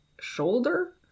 shoulder